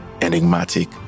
enigmatic